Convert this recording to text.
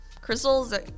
crystals